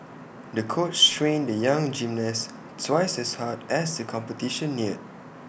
the coach trained the young gymnast twice as hard as the competition neared